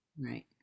Right